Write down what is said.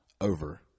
over